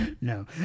No